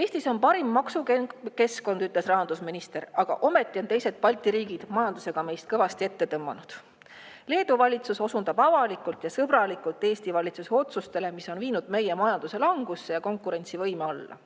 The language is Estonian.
Eestis on parim maksukeskkond, ütles rahandusminister, aga ometi on teised Balti riigid meist majanduses kõvasti ette tõmmanud. Leedu valitsus osundab avalikult ja sõbralikult Eesti valitsuse otsustele, mis on viinud meie majanduse langusse ja meie konkurentsivõime alla.